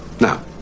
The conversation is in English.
Now